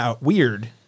Weird